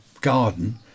garden